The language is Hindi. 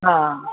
हाँ